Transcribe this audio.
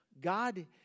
God